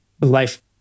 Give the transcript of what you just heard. life